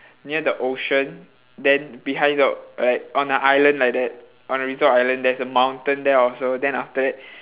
near the ocean then behind the like on a island like that on a resort island there's a mountain there also then after that